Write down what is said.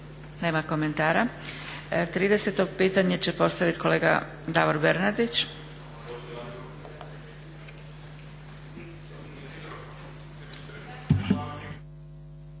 Nema komentara. 30 pitanje će postavit kolega Davor Bernardić.